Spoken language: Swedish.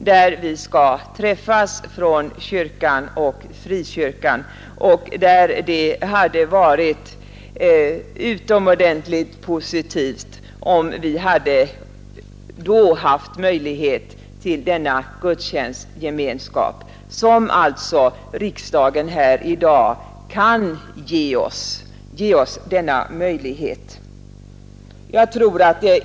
Där skall vi träffas från kyrkan och frikyrkan, och det skulle vara utomordentligt positivt om vi då hade möjlighet till denna gudstjänstgemenskap, som alltså riksdagen i dag kan ge oss.